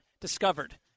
discovered